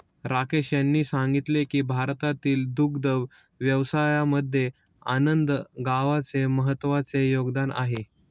राकेश यांनी सांगितले की भारतातील दुग्ध व्यवसायामध्ये आनंद गावाचे महत्त्वाचे योगदान आहे